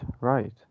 right